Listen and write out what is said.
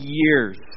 years